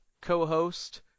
co-host